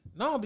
no